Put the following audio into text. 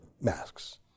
masks